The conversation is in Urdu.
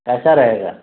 کیسا رہے گا